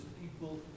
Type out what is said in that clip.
people